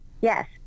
yes